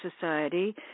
Society